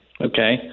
Okay